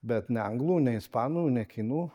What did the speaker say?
bet ne anglų ne ispanų ne kinų